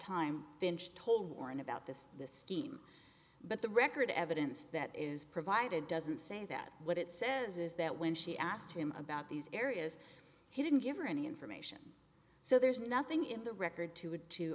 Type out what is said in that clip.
time finch told warren about this the steam but the record evidence that is provided doesn't say that what it says is that when she asked him about these areas he didn't give her any information so there's nothing in the record to